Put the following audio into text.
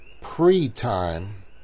pre-time